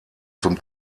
zum